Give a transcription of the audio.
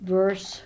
verse